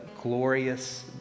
glorious